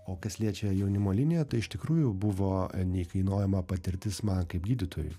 o kas liečia jaunimo liniją tai iš tikrųjų buvo neįkainojama patirtis man kaip gydytojui